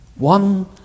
One